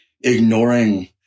ignoring